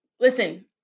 listen